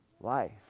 life